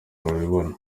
babibona